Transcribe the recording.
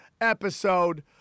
episode